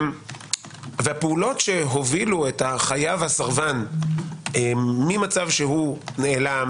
והפעולות שהובילו את החייב הסרבן ממצב שהוא נעלם,